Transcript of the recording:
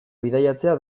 bidaiatzea